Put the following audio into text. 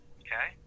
okay